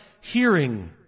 hearing